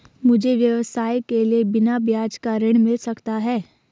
मुझे व्यवसाय के लिए बिना ब्याज का ऋण मिल सकता है?